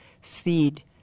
seed